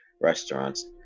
restaurants